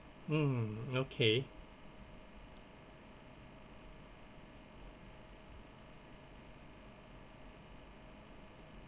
mmhmm okay